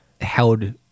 held